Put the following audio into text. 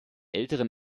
älteren